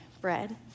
bread